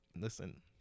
listen